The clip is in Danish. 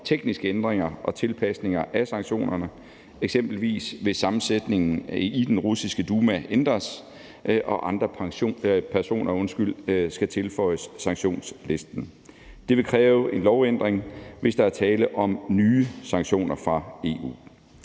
tekniske ændringer og tilpasninger af sanktionerne, eksempelvis hvis sammensætningen i den russiske Duma ændres og andre personer skal tilføjes sanktionslisten. Det vil kræve en lovændring, hvis der er tale om nye sanktioner fra EU.